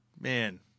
man